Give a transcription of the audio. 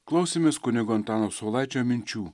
klausėmės kunigo antano saulaičio minčių